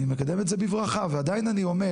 אני מקדם את זה בברכה ועדיין אני אומר